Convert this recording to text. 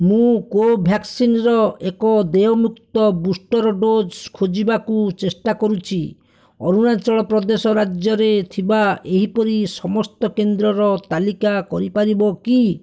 ମୁଁ କୋଭ୍ୟାକ୍ସିନ୍ ର ଏକ ଦେୟମୁକ୍ତ ବୁଷ୍ଟର୍ ଡୋଜ୍ ଖୋଜିବାକୁ ଚେଷ୍ଟା କରୁଛି ଅରୁଣାଚଳ ପ୍ରଦେଶ ରାଜ୍ୟରେ ଥିବା ଏହିପରି ସମସ୍ତ କେନ୍ଦ୍ରର ତାଲିକା କରିପାରିବ କି